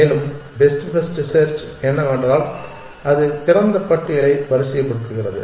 மேலும் best first search என்னவென்றால் அது திறந்த பட்டியலை வரிசைப்படுத்துகிறது